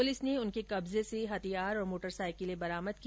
police ने उनके कब्जे से हथियार और मोटर साइकिल बरामद की